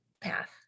path